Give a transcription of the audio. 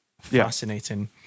fascinating